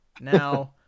now